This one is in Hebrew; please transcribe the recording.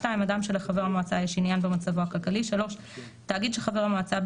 (2)אדם שלחבר המועצה יש עניין במצבו הכלכלי; (3)תאגיד שחבר המועצה,